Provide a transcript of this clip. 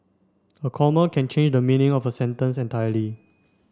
a comma can change the meaning of a sentence entirely